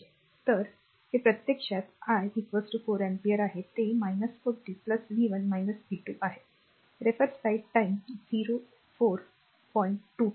तर हे प्रत्यक्षात i 4 ampere आहे ते 40 v 1 v 2 आहे